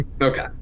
Okay